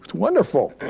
wonderful.